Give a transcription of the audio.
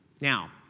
Now